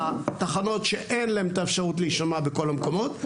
התחנות שאין להן את האפשרות להישמע בכל המקומות.